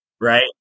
right